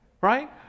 Right